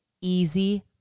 easy